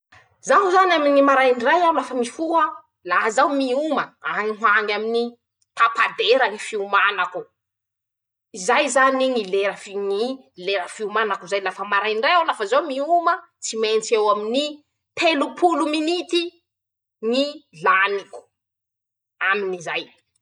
Zaho zany aminy ñy maraindray aho lafa mifoha, laha zaho mioma, añy ho añy aminy tapa-dera ñy fiomanako, zay zany ñy lera ñy lera fi n fiomanako zay, lafa maraindray aho lafa mioma tsy mentsy eo aminy telo polo minity ñy laniko, amin'izay.